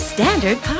Standard